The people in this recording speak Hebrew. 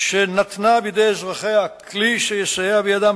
שנתנה בידי אזרחיה כלי שיסייע בידם